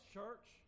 church